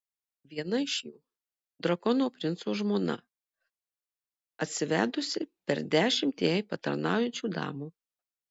viena iš jų drakono princo žmona atsivedusi per dešimt jai patarnaujančių damų